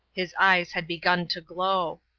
his eyes had begun to glow.